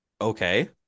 Okay